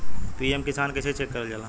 PM Kisan कइसे check करल जाला?